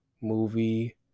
movie